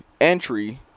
entry